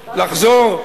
לחזור,